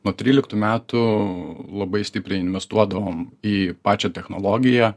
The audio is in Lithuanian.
nuo tryliktų metų labai stipriai investuodavom į pačią technologiją